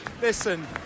listen